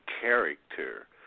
character